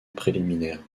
préliminaire